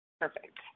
Perfect